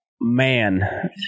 man